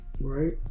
Right